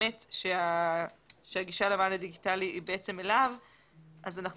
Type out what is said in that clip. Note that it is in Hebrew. תאמת שהגישה למען הדיגיטלי היא בעצם אליו ולכן אנחנו